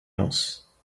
else